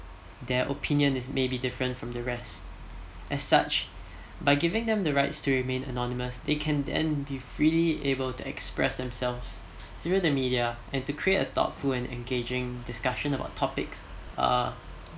their opinion is may be different from the rest as such by giving them the rights to remain anonymous they can then be freely able to express themselves through the media and to create a thoughtful and engaging discussion about topics uh